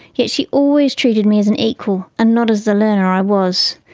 yet she always treated me as an equal, and not as the learner i was.